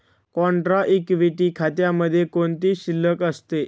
Contra equity खात्यामध्ये कोणती शिल्लक असते?